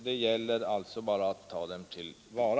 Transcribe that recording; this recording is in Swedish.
Det gäller bara att ta dem till vara.